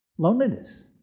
Loneliness